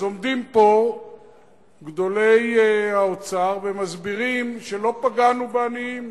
אז עומדים פה גדולי האוצר ומסבירים שלא פגענו בעניים.